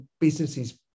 businesses